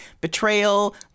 betrayal